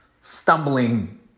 stumbling